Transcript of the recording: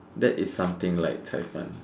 that is something like 菜饭